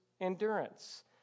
endurance